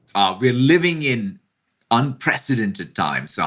we're living in unprecedented times. so